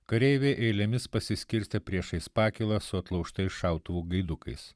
kareiviai eilėmis pasiskirstė priešais pakylą su atlaužtais šautuvų gaidukais